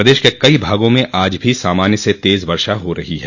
प्रदेश के कई भागों में आज भी सामान्य से तेज़ वर्षा हो रही है